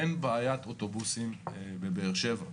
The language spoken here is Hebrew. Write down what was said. אין בעיית אוטובוסים בבאר שבע.